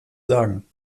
sagen